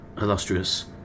illustrious